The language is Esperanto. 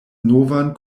novan